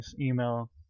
email